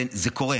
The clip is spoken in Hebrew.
זה קורה,